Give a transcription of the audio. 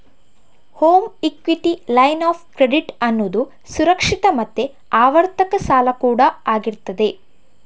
home equity line of credit ಅನ್ನುದು ಸುರಕ್ಷಿತ ಮತ್ತೆ ಆವರ್ತಕ ಸಾಲ ಕೂಡಾ ಆಗಿರ್ತದೆ